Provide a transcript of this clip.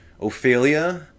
Ophelia